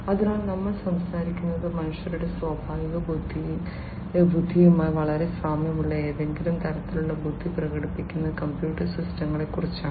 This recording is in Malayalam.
അതിനാൽ നമ്മൾ സംസാരിക്കുന്നത് മനുഷ്യരുടെ സ്വാഭാവിക ബുദ്ധിയുമായി വളരെ സാമ്യമുള്ള ഏതെങ്കിലും തരത്തിലുള്ള ബുദ്ധി പ്രകടിപ്പിക്കുന്ന കമ്പ്യൂട്ടർ സിസ്റ്റങ്ങളെക്കുറിച്ചാണ്